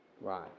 Right